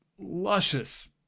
Luscious